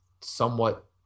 somewhat